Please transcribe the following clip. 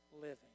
living